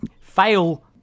fail